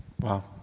Wow